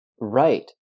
Right